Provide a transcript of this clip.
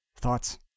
Thoughts